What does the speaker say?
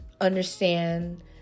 Understand